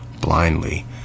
blindly